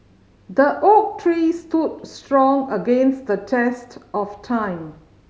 the oak tree stood strong against the test of time